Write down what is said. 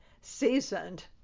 seasoned